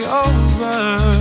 over